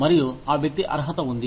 మరియు ఆ వ్యక్తి అర్హత ఉంది